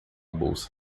bolsa